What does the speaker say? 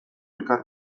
elkar